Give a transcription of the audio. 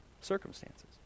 circumstances